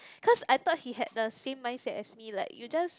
because I thought he has the same mindset as me like you just